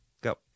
Go